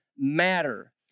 matter